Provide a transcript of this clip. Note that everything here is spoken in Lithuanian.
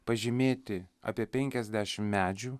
pažymėti apie penkiasdešim medžių